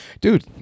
Dude